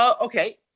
okay